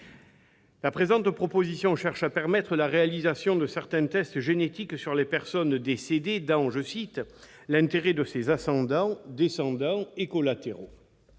La présente proposition de loi cherche à permettre la réalisation de certains tests génétiques sur une personne décédée dans « l'intérêt de ses ascendants, descendants et collatéraux ».